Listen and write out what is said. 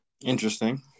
Interesting